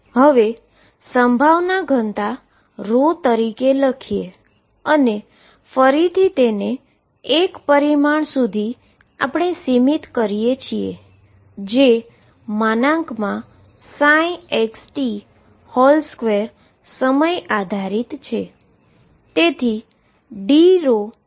હવે probability density તરીકે લખીએ અને ફરીથી તેને એક પરિમાણ સુધી મર્યાદિત કરું છું જે xt2 સમય પર આધારિત છે